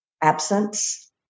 absence